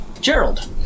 Gerald